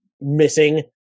missing